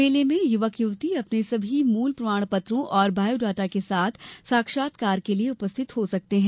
मेले में युवक युवती अपने सभी मूल प्रमाण पत्रों एवं बायोडाटा के साथ साक्षात्कार के लिये उपस्थित हो सकते हैं